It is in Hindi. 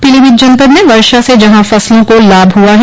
पीलीभीत जनपद में वर्षा से जहां फसलों को लाभ हुआ है